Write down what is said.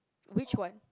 which one